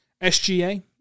SGA